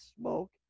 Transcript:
smoke